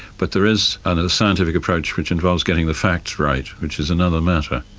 but there is and a scientific approach which involves getting the facts right, which is another matter.